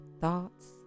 thoughts